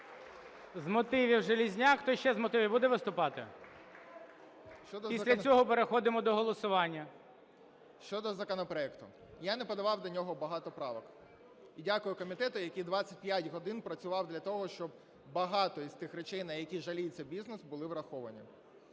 З мотивів Железняк. Хто ще з мотивів буде виступати? Після цього переходимо до голосування. 11:36:15 ЖЕЛЕЗНЯК Я.І. Щодо законопроекту. Я не подавав до нього багато правок. І дякую комітету, який 25 годин працював для того, щоб багато із тих речей, на які жаліється бізнес були враховані.